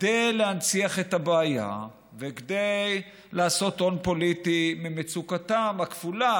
כדי להנציח את הבעיה וכדי לעשות הון פוליטי מהמצוקה הכפולה,